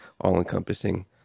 all-encompassing